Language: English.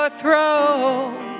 throne